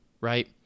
right